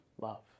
love